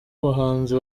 abahanzi